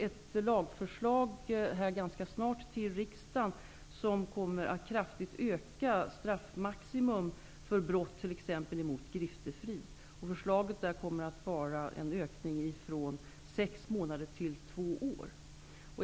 Ett lagförslag kommer snart till riksdagen, med ett kraftigt ökat straffmaximum för brott mot t.ex.